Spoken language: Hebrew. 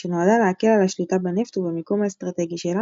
שנועדה להקל על השליטה בנפט ובמיקום האסטרטגי שלה"